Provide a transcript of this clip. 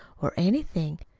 or anything,